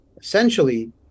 essentially